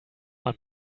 man